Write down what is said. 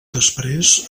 després